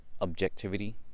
objectivity